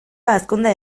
hazkunde